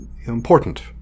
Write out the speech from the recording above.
important